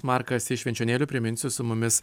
markas iš švenčionėlių priminsiu su mumis